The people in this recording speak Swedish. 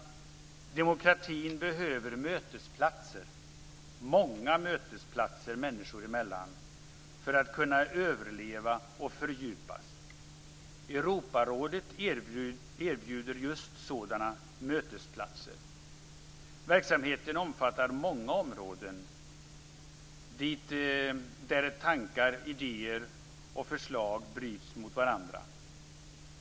Demokratin behöver mötesplatser, många mötesplatser människor emellan, för att kunna överleva och fördjupas. Europarådet erbjuder just sådana mötesplatser. Verksamheten omfattar många områden där tankar, idéer och förslag bryts mot varandra.